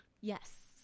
Yes